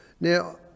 Now